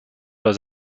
los